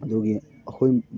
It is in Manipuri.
ꯑꯗꯨꯒꯤ ꯑꯩꯈꯣꯏ